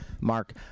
Mark